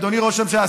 אדוני ראש הממשלה,